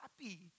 happy